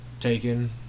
taken